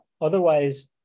otherwise